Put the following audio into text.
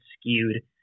skewed